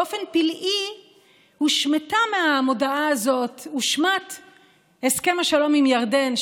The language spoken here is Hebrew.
באופן פלאי הושמט מהמודעה הזאת הסכם השלום עם ירדן,